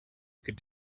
could